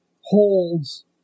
holds